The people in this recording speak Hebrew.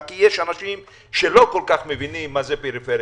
כי יש אנשים שלא כל כך מבינים מה זאת פריפריה.